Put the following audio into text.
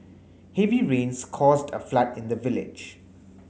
heavy rains caused a flood in the village